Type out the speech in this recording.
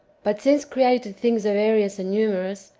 but since created things are various and numerous,